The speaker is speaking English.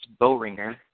Bowringer